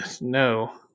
no